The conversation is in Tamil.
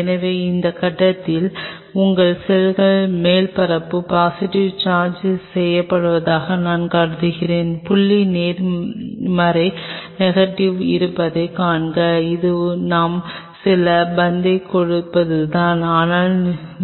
எனவே இந்த கட்டத்தில் உங்கள் செல்கள் மேற்பரப்பு பாசிட்டிவ் சார்ஜ் செய்யப்படுவதாக நான் கருதுகிறேன் புள்ளி நேர்மறை நெகட்டிவ் இருப்பதைக் காண்க இது நாம் சில பந்தைக் கொடுப்பதுதான் ஆனால்